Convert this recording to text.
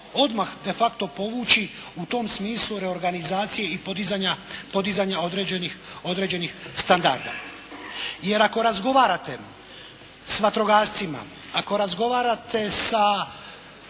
odmah de facto povući u tom smislu reorganizacije i podizanja određenih standarda jer ako razgovarate s vatrogascima, ako razgovarate sa